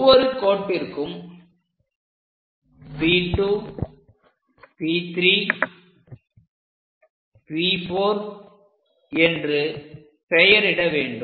ஒவ்வொரு கோட்டிற்கும் P 2 P 3 P 4 என்று பெயரிட வேண்டும்